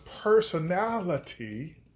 personality